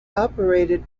operated